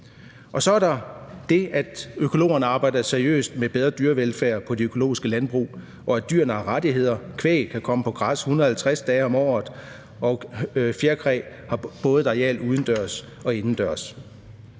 Og så er der det, at økologerne arbejder seriøst med bedre dyrevelfærd på de økologiske landbrug, og at dyrene har rettigheder. Kvæg kan komme på græs 150 dage om året, og fjerkræ har fået et areal udendørs og indendørs.